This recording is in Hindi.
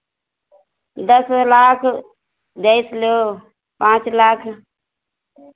दस लाख जैसे लेओ पाँच लाख